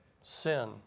sin